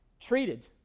treated